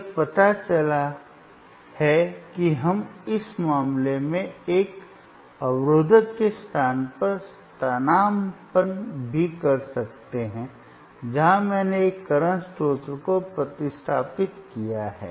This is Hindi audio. यह पता चला है कि हम इस मामले में एक रोकनेवाला के स्थान पर स्थानापन्न भी कर सकते हैं जहां मैंने एक करंट स्रोत को प्रतिस्थापित किया है